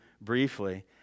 briefly